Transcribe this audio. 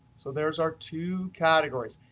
so there's our two categories.